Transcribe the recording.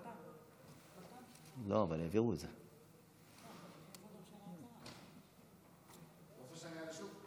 אתה רוצה שאני אעלה שוב?